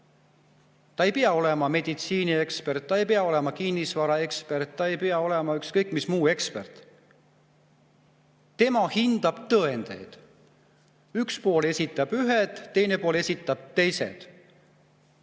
Ta ei pea olema meditsiiniekspert, ta ei pea olema kinnisvaraekspert, ta ei pea olema ükskõik mis muu ekspert. Tema hindab tõendeid. Üks pool esitab ühed, teine pool esitab teised.